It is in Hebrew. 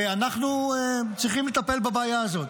ואנחנו צריכים לטפל בבעיה הזאת.